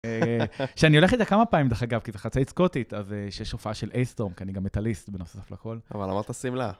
שאני הולך איתה כמה פעמים, דרך אגב, כי זה חצאית סקוטית, שיש הופעה של אייסטורם, כי אני גם מטאליסט בנוסף לכל. אבל אמרת שמלה.